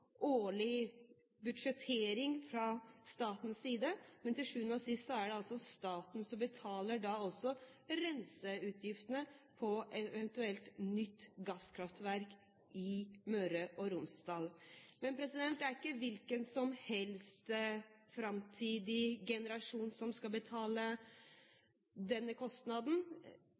årlig budsjettering fra statens side, men til sjuende og sist er det altså staten som betaler også renseutgiftene til et eventuelt nytt gasskraftverk i Møre og Romsdal. Men det er ikke hvilken som helst framtidig generasjon som skal betale denne kostnaden.